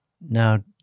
Now